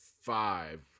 five